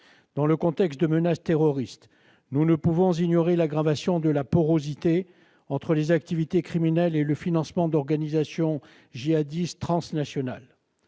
Dans le contexte de menace terroriste, nous ne pouvons ignorer l'aggravation de la porosité entre les activités criminelles et le financement d'organisations djihadistes transnationales.